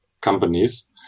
companies